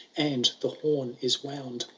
and the horn is wound.